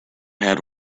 had